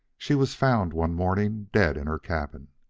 she was found one morning dead in her cabin.